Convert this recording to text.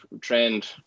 trained